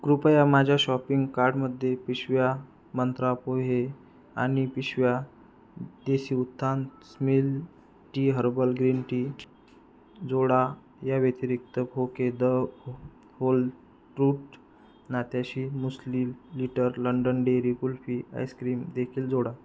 कृपया माझ्या शॉपिंग कार्टमध्ये पिशव्या मंत्रा पोहे आणि पिशव्या देसी उत्थान स्मिल टी हर्बल ग्रीन टी जोडा या व्यतिरिक्त खोके द व्होल ट्रुथ नाश्त्याशी muesli litre London dairy kulfi ice cream देखील जोडा